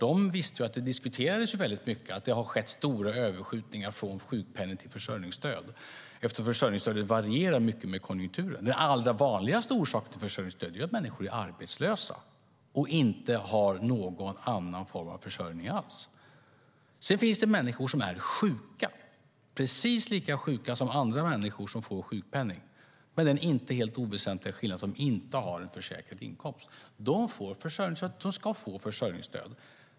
De visste att det diskuterades mycket att det har skett stora överskjutningar från sjukpenning till försörjningsstöd eftersom försörjningsstödet varierar mycket med konjunkturen. Den allra vanligaste orsaken till försörjningsstöd är att människor är arbetslösa och inte har någon annan form av försörjning alls. Sedan finns det människor som är sjuka - precis lika sjuka som andra människor, som får sjukpenning, men med den inte helt oväsentliga skillnaden att de inte har en försäkrad inkomst. De ska få försörjningsstöd.